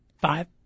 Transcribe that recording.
five